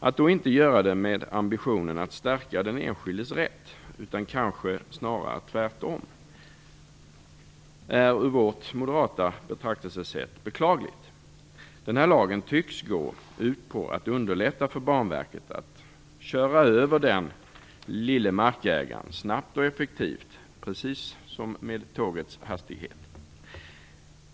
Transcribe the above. Att då inte göra denna med ambitionen att stärka den enskildes rätt utan kanske snarare med motsatt inriktning är enligt vårt moderata betraktelsesätt beklagligt. Den här lagen tycks gå ut på att underlätta för Banverket att köra över den lille markägaren snabbt och effektivt, med tågets hastighet.